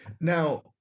Now